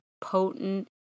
potent